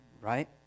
right